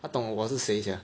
他懂我是谁 sia